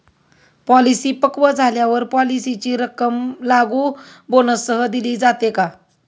Policy पक्व झाल्यावर पॉलिसीची रक्कम लागू बोनससह दिली जाते का?